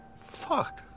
Fuck